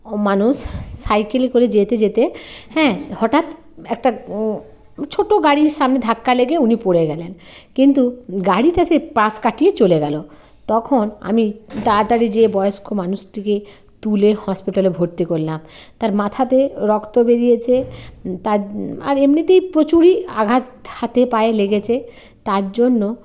ও মানুষ সাইকেলে করে যেতে যেতে হ্যাঁ হঠাৎ একটা ছোট্ট গাড়ির সামনে ধাক্কা লেগে উনি পড়ে গেলেন কিন্তু গাড়িটা সে পাশ কাটিয়ে চলে গেল তখন আমি তাড়াতাড়ি যেয়ে বয়ষ্ক মানুষটিকে তুলে হসপিটালে ভর্তি করলাম তার মাথাতে রক্ত বেরিয়েছে তার আর এমনিতেই প্রচুরই আঘাত হাতে পায়ে লেগেছে তার জন্য